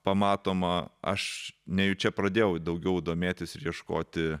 pamatoma aš nejučia pradėjau daugiau domėtis ir ieškoti